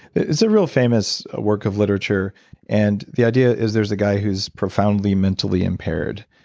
it's a really famous work of literature and the idea is there's a guy who's profoundly, mentally impaired.